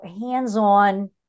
hands-on